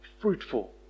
fruitful